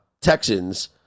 Texans